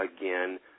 again